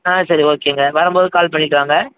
ஆ சரி ஓகேங்க வரும்போது கால் பண்ணிவிட்டு வாங்க